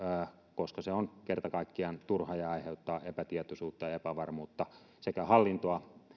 koska se on kerta kaikkiaan turha ja aiheuttaa epätietoisuutta ja epävarmuutta sekä hallintoa